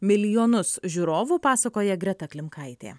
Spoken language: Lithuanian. milijonus žiūrovų pasakoja greta klimkaitė